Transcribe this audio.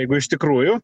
jeigu iš tikrųjų